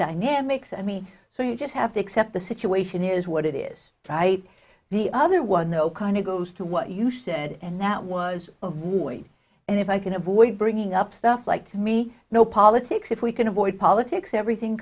dynamics and me so you just have to accept the situation is what it is try the other one know kind of goes to what you said and that was of ward and if i can avoid bringing up stuff like me no politics if we can avoid politics everything